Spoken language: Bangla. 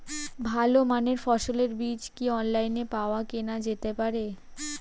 ভালো মানের ফসলের বীজ কি অনলাইনে পাওয়া কেনা যেতে পারে?